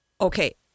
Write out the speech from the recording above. Okay